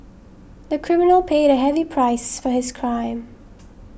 the criminal paid a heavy price for his crime